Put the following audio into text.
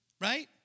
Right